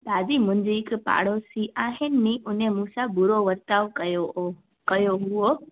दादी मुंहिंजी हिकु पाड़ोसी आहे नी उन मूंसां बुरो बर्ताव कयो कयो हुयो